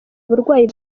uburwayi